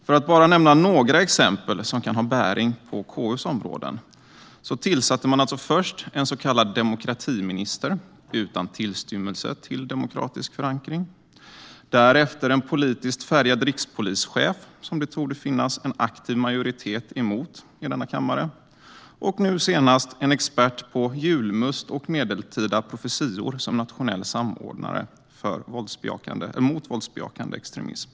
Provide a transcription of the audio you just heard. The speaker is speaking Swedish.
För att bara nämna några exempel, som kan ha bäring på KU:s områden, tillsatte man först en så kallad demokratiminister utan tillstymmelse till demokratisk förankring, därefter en politiskt färgad rikspolischef som det torde finnas en aktiv majoritet emot i denna kammare och nu senast en expert på julmust och medeltida profetior som nationell samordnare mot våldsbejakande extremism.